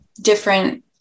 different